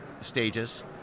stages